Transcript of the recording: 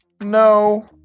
No